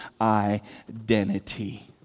identity